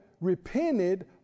repented